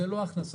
זה לא הכנסה,